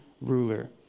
ruler